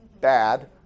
bad